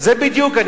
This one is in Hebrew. זה בדיוק,